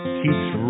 keeps